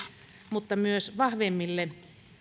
mutta myös vahvemmille